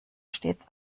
stets